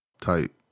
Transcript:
type